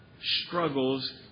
struggles